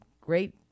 great